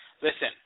Listen